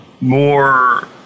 more